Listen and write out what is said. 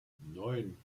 neun